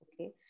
okay